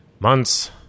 Months